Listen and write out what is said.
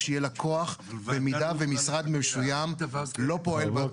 שיהיה לה כוח במידה ומשרד מסוים לא פועל באופן הזה.